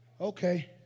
Okay